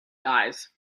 guys